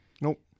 Nope